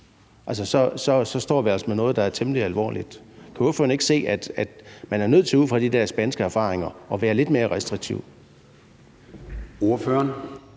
Så står vi altså med noget, der er temmelig alvorligt. Kan ordføreren ikke se, at man er nødt til ud fra de der spanske erfaringer at være lidt mere restriktiv?